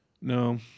No